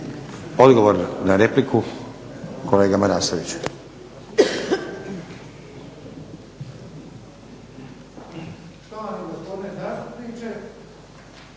Odgovor na repliku Dujomir Marasović.